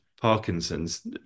Parkinson's